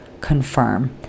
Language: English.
confirm